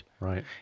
Right